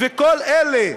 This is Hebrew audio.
וכל אלה,